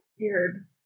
Weird